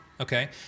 okay